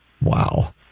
Wow